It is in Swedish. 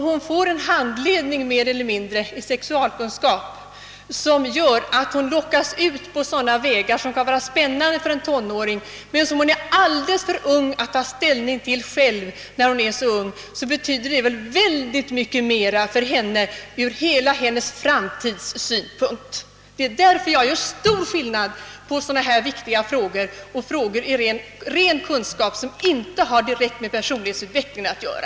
Men får hon en handledning i sexualkunskap — mer eller mindre — som gör att hon lockas ut på vägar, som kan verka spännande för en tonåring men som hon är alldeles för ung för att själv ta ställning till, så betyder det oerhört mycket mer för henne sett ur hennes framtidssynpunkt. Det är därför jag gör stor skillnad mellan sådana här viktiga frågor och frågor av ren kunskapskaraktär, som inte har direkt med personlighetsutvecklingen att göra.